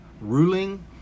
ruling